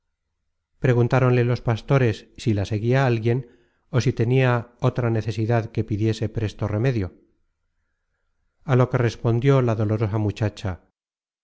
años preguntáronle los pastores si la seguia alguien ó si tenia otra necesidad que pi diese presto remedio á lo que respondió la dolorosa muchacha